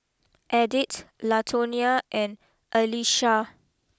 Edith Latonia and Alesha